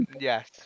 Yes